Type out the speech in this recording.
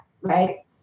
Right